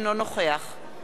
יצחק אהרונוביץ,